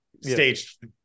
staged